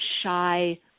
shy